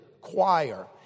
choir